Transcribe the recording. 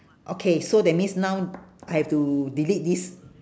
okay so that means now I have to delete this